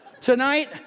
tonight